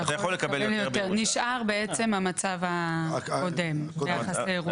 נשאר המצב הקודם ביחס לירושה.